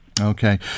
Okay